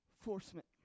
enforcement